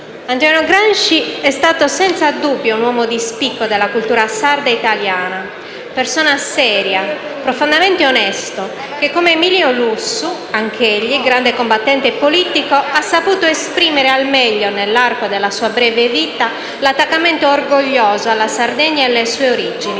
Antonio Gramsci è stato senza dubbio un uomo di spicco della cultura sarda e italiana. Persona seria, profondamente onesta che, come Emilio Lussu, anch'egli grande combattente politico, ha saputo esprimere al meglio nell'arco della sua breve vita l'attaccamento orgoglioso alla Sardegna e alle sue origini.